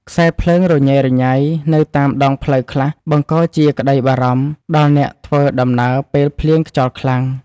ខ្សែភ្លើងរញ៉េរញ៉ៃនៅតាមដងផ្លូវខ្លះបង្កជាក្តីបារម្ភដល់អ្នកធ្វើដំណើរពេលភ្លៀងខ្យល់ខ្លាំង។